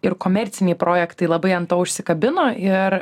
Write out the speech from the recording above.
ir komerciniai projektai labai ant to užsikabino ir